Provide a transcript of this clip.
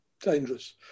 dangerous